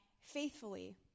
faithfully